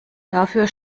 dafür